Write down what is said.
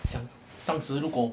想当时如果